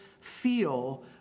feel